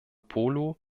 polo